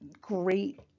great